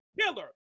killer